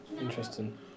Interesting